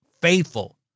faithful